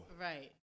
Right